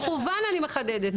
במכוון אני מחדדת את זה.